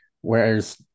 Whereas